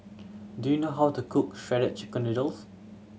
do you know how to cook Shredded Chicken Noodles